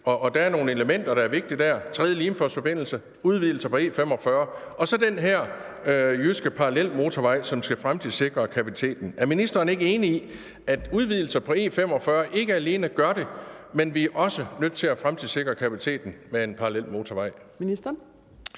der er nogle elementer, der er vigtige der: en tredje Limfjordsforbindelse, udvidelser på E45. Og så den her jyske parallelmotorvej, som skal fremtidssikre kapaciteten. Er ministeren ikke enig i, at udvidelser på E45 ikke alene gør det, men at vi også er nødt til at fremtidssikre kapaciteten med en parallelmotorvej?